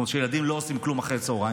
שהילדים לא עושים כלום אחר הצוהריים,